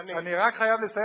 אני רק חייב לסיים,